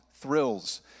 thrills